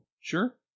Sure